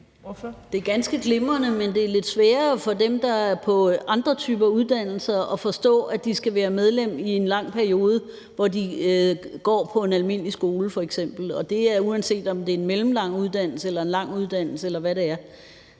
Det er ganske glimrende, men det er lidt sværere for dem, der er på andre typer uddannelser, at forstå, at de skal være medlem i en lang periode, hvor de går på en almindelig skole f.eks. – og det er, uanset om det er en mellemlang uddannelse eller en lang uddannelse, eller hvad det er.